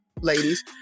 ladies